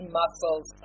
muscles